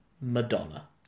Madonna